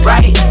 Right